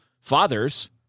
fathers